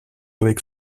avec